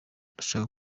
ndashaka